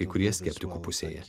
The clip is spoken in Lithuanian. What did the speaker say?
kai kurie skeptikų pusėje